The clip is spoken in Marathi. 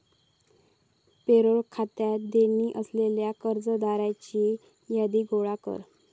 पेरोल खात्यात देणी असलेल्या कर्मचाऱ्यांची यादी गोळा कर